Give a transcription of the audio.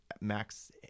max